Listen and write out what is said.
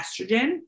estrogen